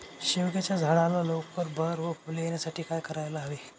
शेवग्याच्या झाडाला लवकर बहर व फूले येण्यासाठी काय करायला हवे?